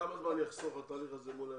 כמה זמן יחסוך התהליך הזה מול ה-FBI?